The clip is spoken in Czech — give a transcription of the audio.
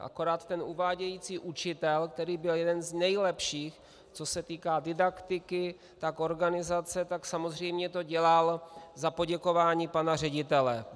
Akorát ten uvádějící učitel, který byl jeden z nejlepších, co se týká didaktiky, tak organizace, tak samozřejmě to dělal za poděkování pana ředitele.